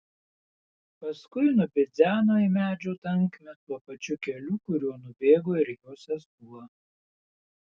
paskui nubidzeno į medžių tankmę tuo pačiu keliu kuriuo nubėgo ir jo sesuo